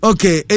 Okay